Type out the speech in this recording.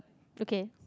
okay